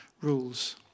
rules